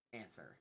answer